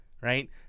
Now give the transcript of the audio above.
right